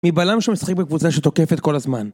מבלם שמשחק בקבוצה שתוקפת כל הזמן